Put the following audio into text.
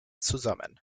zusammen